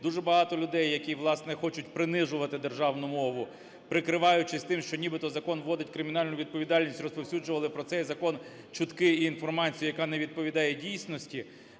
дуже багато людей, які, власне, хочуть принижувати державну мову, прикриваючись тим, що нібито закон вводить кримінальну відповідальність, розповсюджували про цей закон чутки і інформацію, яка не відповідає дійсності,